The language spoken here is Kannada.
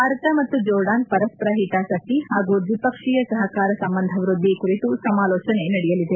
ಭಾರತ ಮತ್ತು ಜೋರ್ಡಾನ್ ಪರಸ್ವರ ಹಿತಾಸಕ್ತಿ ಹಾಗೂ ದ್ವಿಪಕ್ಷೀಯ ಸಹಕಾರ ಸಂಬಂಧವೃದ್ದಿ ಕುರಿತು ಸಮಾಲೋಚನೆ ನಡೆಯಲಿದೆ